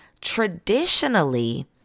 Traditionally